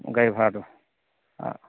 গাড়ী ভাড়াটো অঁ